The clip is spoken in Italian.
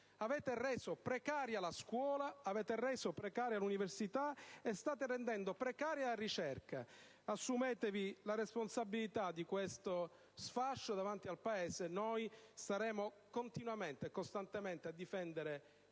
Avete reso precaria la scuola, avete reso precaria l'università e state rendendo precaria anche la ricerca. Assumetevi la responsabilità di questo sfascio davanti al Paese. Noi continueremo costantemente a difendere